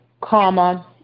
comma